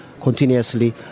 continuously